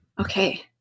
Okay